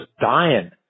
dying